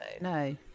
no